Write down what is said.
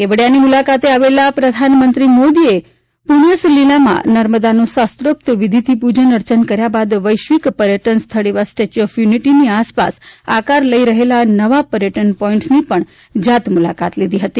કેવડીયાની મુલાકાતે આવેલા વડાપ્રધાન શ્રી નરેન્દ્રભાઇ મોદીએ પુણ્યસલીલા માં નર્મદાનું શાસ્ત્રોક્તવિધિથી પૂજન અર્ચન કર્યા બાદ વૈશ્વિક પર્યટન સ્થળ એવા સ્ટેચ્યુ ઓફ યુનિટીની આસપાસ આકાર લઈ રહેલા નવા પર્યટન પોઇન્ટ્સની પણ જાતમુલાકાત લીધી હતી